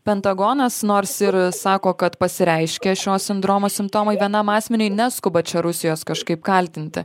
pentagonas nors ir sako kad pasireiškė šio sindromo simptomai vienam asmeniui neskuba čia rusijos kažkaip kaltinti